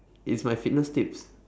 it's my fitness tips